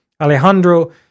Alejandro